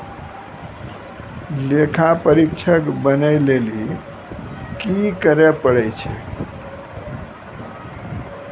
लेखा परीक्षक बनै लेली कि करै पड़ै छै?